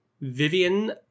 Vivian